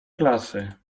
klasy